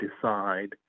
decide